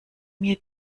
mir